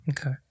Okay